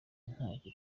ntacyo